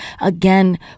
again